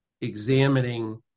examining